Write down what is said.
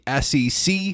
SEC